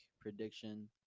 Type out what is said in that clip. prediction